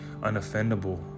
unoffendable